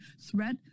threat